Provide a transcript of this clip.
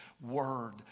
word